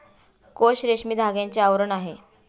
कोश रेशमी धाग्याचे आवरण आहे